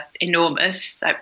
enormous